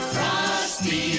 Frosty